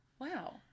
Wow